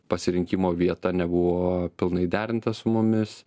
pasirinkimo vieta nebuvo pilnai derinta su mumis